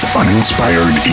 uninspired